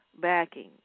backing